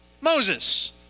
Moses